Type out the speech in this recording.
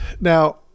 Now